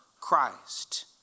Christ